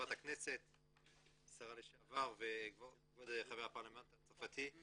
חברת הכנסת השרה לשעבר וכבוד חבר הפרלמנט הצרפתי,